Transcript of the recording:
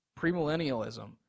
Premillennialism